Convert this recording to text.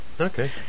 okay